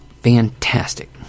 fantastic